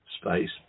space